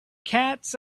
cats